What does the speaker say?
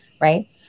right